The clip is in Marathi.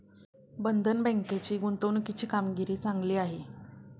बंधन बँकेची गुंतवणुकीची कामगिरी चांगली आहे